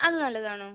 അത് നല്ലതാണോ